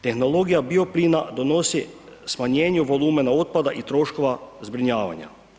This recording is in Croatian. Tehnologija bioplina donosi smanjenje volumena otpada i troškova zbrinjavanja.